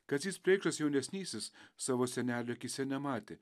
kazys preikšas jaunesnysis savo senelio akyse nematė